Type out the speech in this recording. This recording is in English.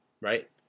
right